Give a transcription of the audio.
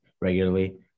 regularly